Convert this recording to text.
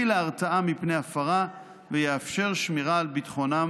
תביא להרתעה מפני הפרה ותאפשר שמירה על ביטחונם